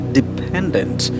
dependent